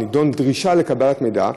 הנדון: דרישה לקבלת מידע.